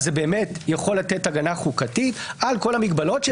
אז זה באמת יכול לתת הגנה חוקתית על כל המגבלות,